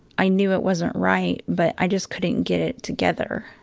i knew it wasn't right, but i just couldn't get it together.